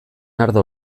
ardo